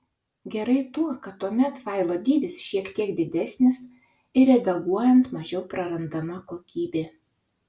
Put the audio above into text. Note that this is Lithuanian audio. gerai tuo kad tuomet failo dydis šiek tiek didesnis ir redaguojant mažiau prarandama kokybė